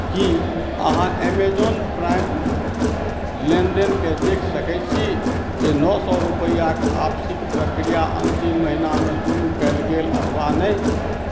की अहाँ Amazon Prime लेनदेनके देखि सकैत छी जे नओ सए रुपैआक वापसीक प्रक्रिया अन्तिम महीनामे शुरू कयल गेल अथवा नहि